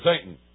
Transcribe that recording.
Satan